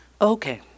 Okay